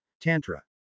Tantra